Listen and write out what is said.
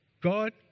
God